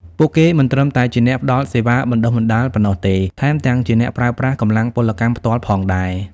ពួកគេមិនត្រឹមតែជាអ្នកផ្តល់សេវាបណ្តុះបណ្តាលប៉ុណ្ណោះទេ ថែមទាំងជាអ្នកប្រើប្រាស់កម្លាំងពលកម្មផ្ទាល់ផងដែរ។